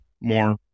more